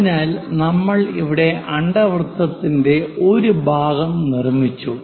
അതിനാൽ നമ്മൾ ഇവിടെ അണ്ഡവൃത്തത്തിന്റെ ഒരു ഭാഗം നിർമ്മിച്ചു